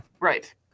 Right